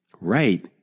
Right